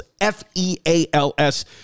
F-E-A-L-S